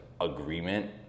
agreement